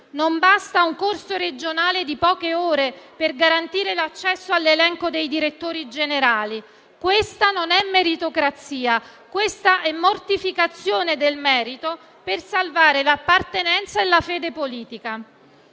non basta un corso regionale di poche ore per garantire l'accesso all'elenco dei direttori generali: questa non è meritocrazia, ma è mortificazione del merito per salvare l'appartenenza e la fede politica.